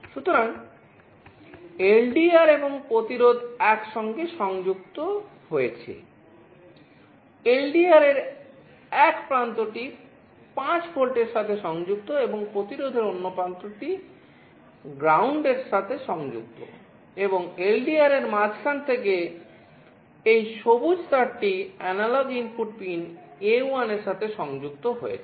সুতরাং LDR এবং প্রতিরোধ একসাথে সংযুক্ত হয়েছে এলডিআর এর এক প্রান্তটি 5 ভোল্টের সাথে সংযুক্ত এবং প্রতিরোধের অন্য প্রান্তটি গ্রাউন্ড এর সাথে সংযুক্ত এবং এলডিআর এর মাঝখান থেকে এই সবুজ তারটি অ্যানালগ ইনপুট পিন A1 এর সাথে সংযুক্ত হয়েছে